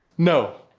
no.